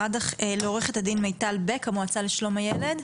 עורכת הדין מיטל בק מהמועצה לשלום הילד,